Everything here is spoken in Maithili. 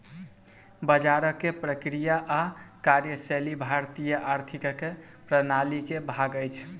बजारक प्रक्रिया आ कार्यशैली भारतीय आर्थिक प्रणाली के भाग अछि